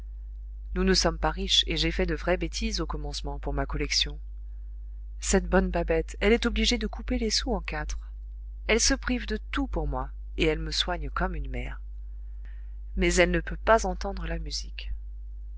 nous ne sommes pas riches et j'ai fait de vraies bêtises au commencement pour ma collection cette bonne babette elle est obligée de couper les sous en quatre elle se prive de tout pour moi et elle me soigne comme une mère mais elle ne peut pas entendre la musique